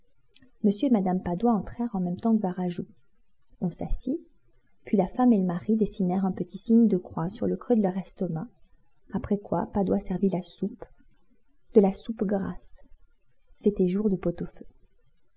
et mme padoie entrèrent en même temps que varajou on s'assit puis la femme et le mari dessinèrent un petit signe de croix sur le creux de leur estomac après quoi padoie servit la soupe de la soupe grasse c'était jour de pot-au-feu